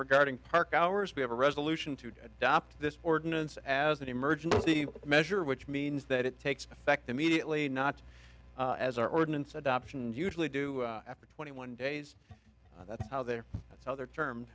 regarding park hours we have a resolution to adopt this ordinance as an emergency measure which means that it takes effect immediately not as our ordinance adoption usually do after twenty one days that's how they are that's how they're term